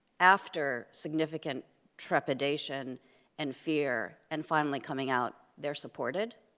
after significant trepidation and fear and finally coming out, they're supported,